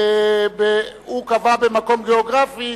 הוא קבע במקום גיאוגרפי,